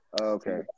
Okay